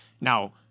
Now